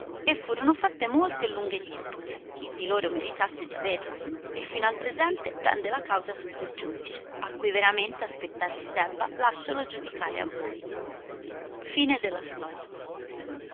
e furono fatte molte e lunghe dispute chi di loro meritasse di averla e fino al presente pende la causa sotto il giudice a cui veramente aspettar si debba lasciolo giudicare a voi